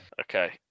Okay